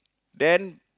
then